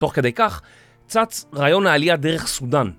תוך כדי כך, צץ רעיון העלייה דרך סודן...